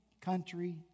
country